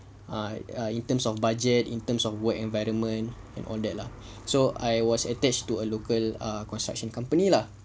I err in terms of budget in terms of work environment and all that lah so I was attached to a local construction company lah